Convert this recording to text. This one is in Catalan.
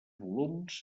volums